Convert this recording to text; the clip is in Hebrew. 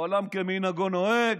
העולם כמנהגו נוהג,